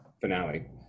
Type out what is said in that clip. finale